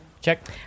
Check